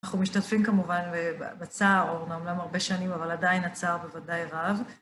אנחנו משתתפים כמובן בצער, אומנם הוא הרבה שנים, אבל עדיין הצער בוודאי רב.